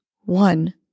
One